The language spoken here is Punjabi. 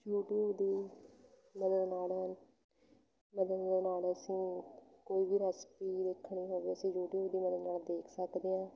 ਯੂਟਿਊਬ ਦੀ ਮਦਦ ਨਾਲ ਮਦਦ ਦੇ ਨਾਲ ਅਸੀਂ ਕੋਈ ਵੀ ਰੈਸਿਪੀ ਦੇਖਣੀ ਹੋਵੇ ਅਸੀਂ ਯੂਟਿਊਬ ਦੀ ਮਦਦ ਨਾਲ ਦੇਖ ਸਕਦੇ ਹਾਂ